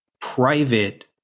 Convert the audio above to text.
private